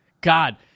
God